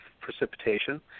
precipitation